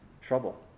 trouble